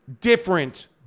different